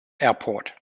airport